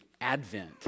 Advent